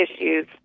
issues